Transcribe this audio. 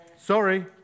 Sorry